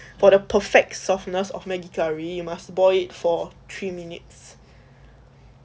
for the perfect softness of maggie curry you must boil it for three minutes